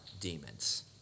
demons